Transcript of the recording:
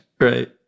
Right